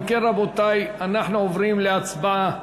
אם כן, רבותי, אנחנו עוברים להצבעה.